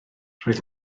roedd